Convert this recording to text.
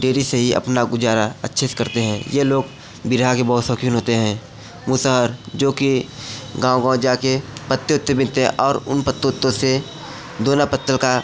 dairy से ही अपना गुज़ारा अच्छे से करते हैं यह लोग बिरहा के बहुत शौक़ीन होते हैं मूसहर जो कि गाँव गाँव जाकर पत्ते उत्ते बिनते हैं और उन पत्तों उत्तों से दोना पत्तल का